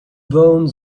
bone